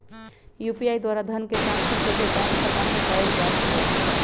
UPI द्वारा धन के ट्रांसफर सोझे बैंक खतामें कयल जा सकइ छै